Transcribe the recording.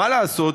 מה לעשות,